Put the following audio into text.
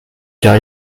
car